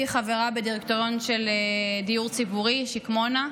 חברה בדירקטוריון של דיור ציבורי שקמונה,